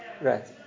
Right